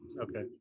Okay